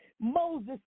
moses